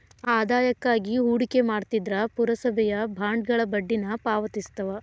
ಆದಾಯಕ್ಕಾಗಿ ಹೂಡಿಕೆ ಮಾಡ್ತಿದ್ರ ಪುರಸಭೆಯ ಬಾಂಡ್ಗಳ ಬಡ್ಡಿನ ಪಾವತಿಸ್ತವ